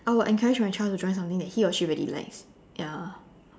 I will encourage my child to join something that he or she really likes ya